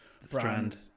Strand